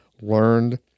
learned